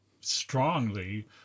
strongly